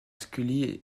scully